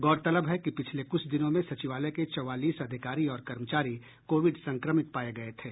गौरतलब है कि पिछले कुछ दिनों में सचिवालय के चौवालीस अधिकारी और कर्मचारी कोविड संक्रमित पाये गये थे